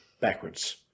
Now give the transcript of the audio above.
backwards